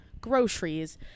groceries